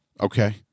Okay